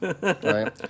Right